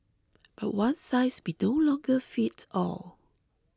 but one size may no longer fit all